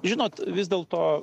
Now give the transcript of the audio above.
žinot vis dėlto